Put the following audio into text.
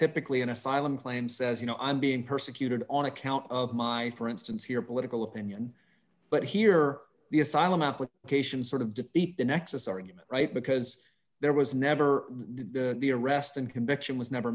typically an asylum claim says you know i'm being persecuted on account of my for instance here political opinion but here the asylum applications sort of defeat the nexus argument right because there was never the the arrest and conviction was never